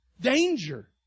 Danger